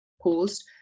paused